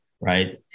right